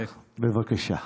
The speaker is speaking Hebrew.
בבקשה.